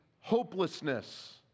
hopelessness